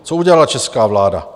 Co udělala česká vláda?